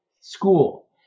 school